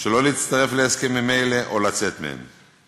שלא להצטרף להסכמים אלה, או לצאת מהם.